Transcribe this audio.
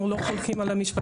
אנחנו לא חולקים על המשפטי.